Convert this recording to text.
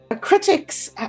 Critics